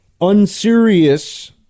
unserious